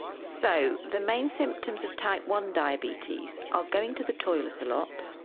so, the main symptoms of type one diabetes are going to the toilet a lot,